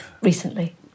recently